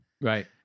Right